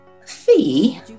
Fee